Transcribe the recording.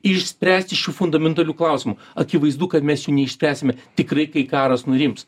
išspręsti šių fundamentalių klausimų akivaizdu kad mes jų neišspręsime tikrai kai karas nurims